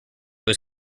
was